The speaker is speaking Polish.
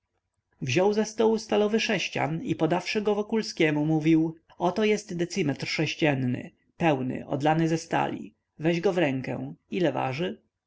wziął ze stołu stalowy sześcian i podawszy go wokulskiemu mówił oto jest decimetr sześcienny pełny odlany ze stali weź go w rękę ile waży